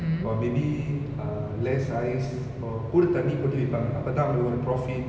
or maybe uh less ice or கூட தண்ணி போட்டு விப்பாங்க அப்பத்தான் அவங்களுக்கு ஒரு:kooda thanni pottu vippanga appathan avangalukku oru profit